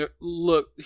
look